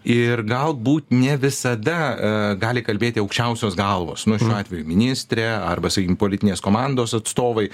ir galbūt ne visada gali kalbėti aukščiausios galvos nu šiuo atveju ministrė arba sakykim politinės komandos atstovai